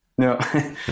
No